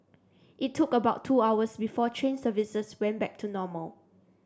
it took about two hours before train services went back to normal